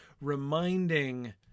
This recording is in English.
reminding